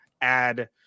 add